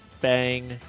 Bang